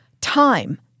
time